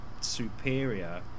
superior